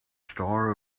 star